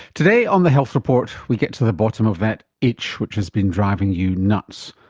today on the health report we get to the bottom of that itch which has been driving you nuts.